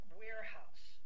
warehouse